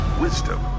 wisdom